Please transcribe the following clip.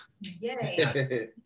Yay